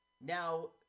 Now